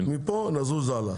מפה נזוז הלאה.